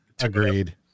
agreed